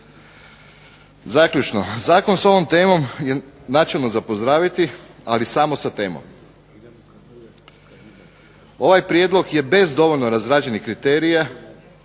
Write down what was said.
Zaključno, zakon s ovom temom je načelno za pozdraviti, ali samo sa temom. Ovaj prijedlog je bez dovoljno razrađenih kriterija